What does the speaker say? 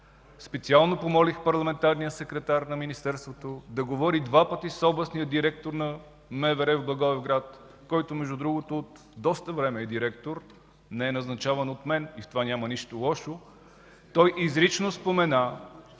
Специално помолих парламентарния секретар на Министерството да говори два пъти с областния директор на МВР в Благоевград, който между другото е директор доста време. Не е назначаван от мен и в това няма нищо лошо. Той изрично спомена,